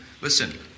Listen